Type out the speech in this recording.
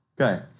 Okay